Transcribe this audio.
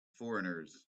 foreigners